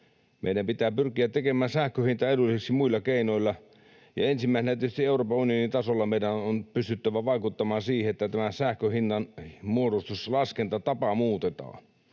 Meidän pitää pyrkiä tekemään sähkön hinta edulliseksi muilla keinoilla, ja ensimmäisenä tietysti Euroopan unionin tasolla meidän on pystyttävä vaikuttamaan siihen, että tämä sähkön hinnan muodostus, laskentatapa, muutetaan.